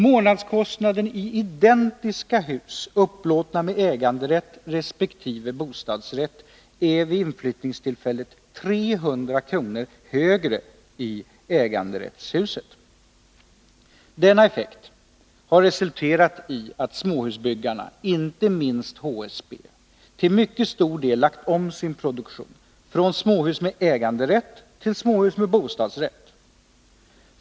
Månadskostnaden i identiska hus upplåtna med äganderätt resp. bostadsrätt är vid inflyttningstillfället 300 kr. högre i äganderättshuset. Denna effekt har resulterat i att småhusbyggarna, inte minst HSB, till mycket stor del lagt om sin produktion från småhus med äganderätt till småhus med bostadsrätt.